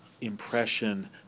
impression